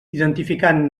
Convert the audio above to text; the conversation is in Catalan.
identificant